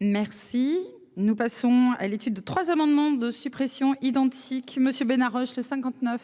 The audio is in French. Merci, nous passons à l'étude de trois amendements de suppression identiques Monsieur Bénard 59.